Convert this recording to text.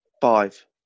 Five